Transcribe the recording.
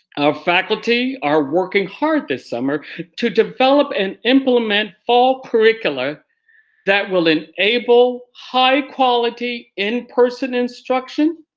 our faculty are working hard this summer to develop and implement fall curricula that will enable high quality in-person instruction,